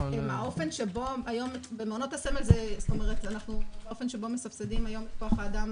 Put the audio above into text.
האופן שבו מסבסדים היום במעונות הסמל בכוח האדם